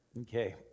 Okay